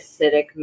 acidic